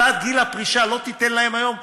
העלאת גיל הפרישה לא תיתן להן היום,